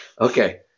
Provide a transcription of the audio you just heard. Okay